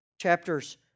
Chapters